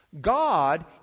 God